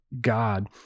God